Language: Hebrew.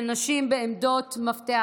של נשים בעמדות מפתח.